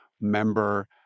member